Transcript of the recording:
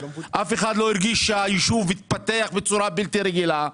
אף אחד לא הרגיש שהיישוב התפתח בצורה בלתי רגילה.